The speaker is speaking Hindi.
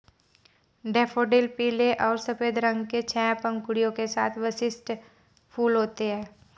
डैफ़ोडिल पीले और सफ़ेद रंग के छह पंखुड़ियों के साथ विशिष्ट फूल होते हैं